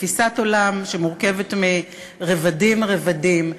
תפיסת עולם שמורכבת מרבדים רבדים.